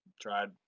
tried